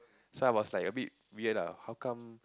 so I was like a bit weird lah how come